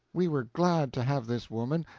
we were glad to have this woman,